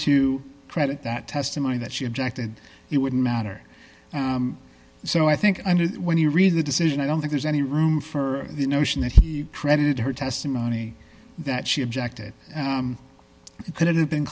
to credit that testimony that she objected it wouldn't matter so i think when you read the decision i don't think there's any room for the notion that credit her testimony that she objected couldn't have been